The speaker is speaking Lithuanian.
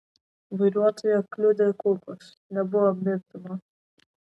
vairuotoją kliudę kulkos nebuvo mirtinos